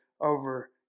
over